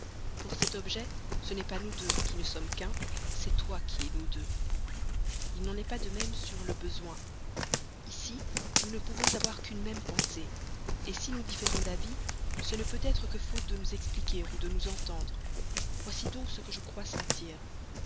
pour cet objet ce n'est pas nous deux qui ne sommes qu'un c'est toi qui es nous deux il n'en est pas de même sur le besoin ici nous ne pouvons avoir qu'une même pensée si nous différons d'avis ce ne peut-être que faute de nous expliquer ou de nous entendre voici donc ce que je crois sentir